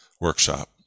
workshop